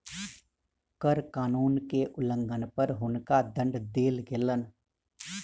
कर कानून के उल्लंघन पर हुनका दंड देल गेलैन